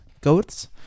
goats